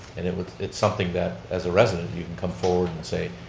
and and it's something that, as a resident, you can come forward and saying,